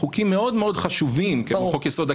חוקים מאוד מאוד חשובים כמו חוק יסוד: